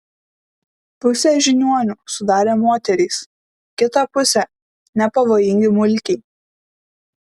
pusę žiniuonių sudarė moterys kitą pusę nepavojingi mulkiai